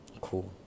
cool